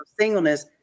singleness